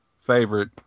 favorite